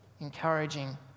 encouraging